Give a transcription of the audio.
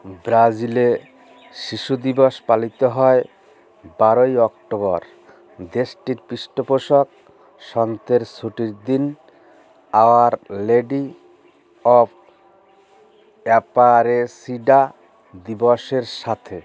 ব্রাজিলে শিশু দিবস পালিত হয় বারোই অক্টোবর দেশটির পৃষ্ঠপোষক সন্তের ছুটির দিন আওয়ার লেডি অফ অ্যাপারেসিডা দিবসের সাথে